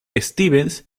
stevens